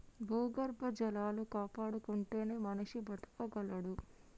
భూగర్భ జలాలు కాపాడుకుంటేనే మనిషి బతకగలడు